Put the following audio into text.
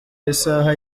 isaha